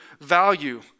value